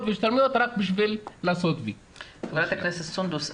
והשתלמויות רק בשביל לעשות V. ח"כ סונדוס,